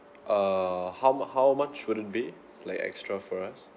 err how how much would it be like extra for us